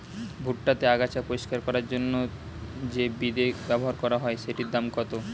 ভুট্টা তে আগাছা পরিষ্কার করার জন্য তে যে বিদে ব্যবহার করা হয় সেটির দাম কত?